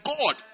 God